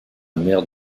mère